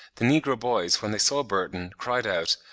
the negro boys when they saw burton, cried out,